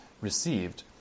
received